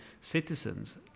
citizens